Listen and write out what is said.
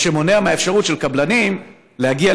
מה שמונע את האפשרות של קבלנים להגיע